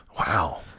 Wow